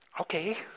Okay